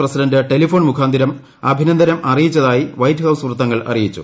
president telephone മുഖാന്തിരം അഭിനന്ദനം അറിയിച്ചതായി വൈറ്റ് ഹൌസ് വൃത്തങ്ങൾ അറിയിച്ചു